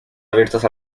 abiertas